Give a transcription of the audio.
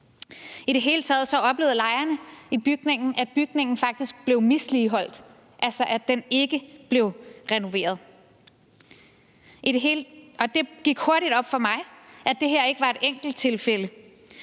I det hele taget oplevede lejerne i bygningen, at bygningen faktisk blev misligholdt, altså at den ikke blev renoveret. Og det gik hurtigt op for mig, at det her ikke var et enkelttilfælde,